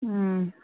ꯎꯝ